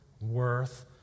worth